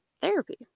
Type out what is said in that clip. therapy